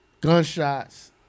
gunshots